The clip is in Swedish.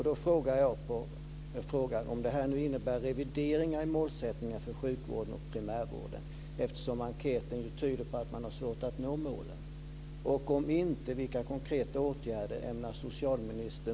Då undrar jag om detta innebär revideringar i målsättningen för sjukvården och primärvården, eftersom enkäten ju tyder på att man har svårt att nå målen.